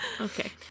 okay